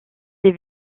ces